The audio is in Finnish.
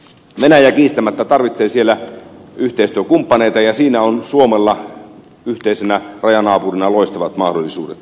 venäjä kiistämättä tarvitsee siellä yhteistyökumppaneita ja siinä on suomella yhteisenä rajanaapurina loistavat mahdollisuudet